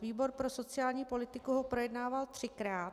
Výbor pro sociální politiku ho projednával třikrát.